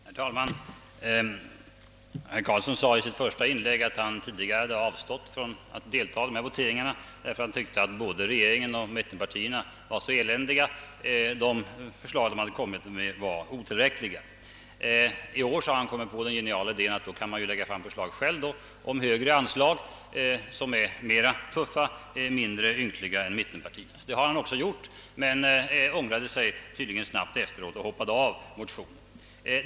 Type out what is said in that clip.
Herr talman! Herr Carlsson i Tyresö sade i sitt första inlägg att han avstått från att delta i voteringarna därför att han tyckte att både regeringens och mittenpartiernas förslag var eländiga; de framlagda förslagen hade varit otillräckliga. I år bar herr Carlsson kommit på den geniala idén att själv lägga fram förslag om högre anslag, vilka är mera tuffa och mindre ynkliga än mittenpartiernas. Han ångrade sig emellertid snabbt och hoppade av motionen.